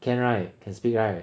can right can speak right